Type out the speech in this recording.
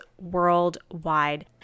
worldwide